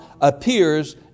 appears